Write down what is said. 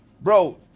Bro